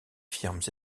firmes